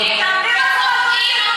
לא,